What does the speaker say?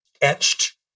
etched